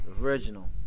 original